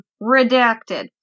redacted